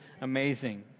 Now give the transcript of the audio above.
amazing